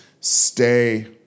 stay